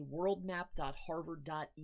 worldmap.harvard.edu